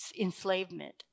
enslavement